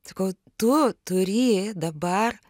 sakau tu turi dabar